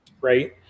Right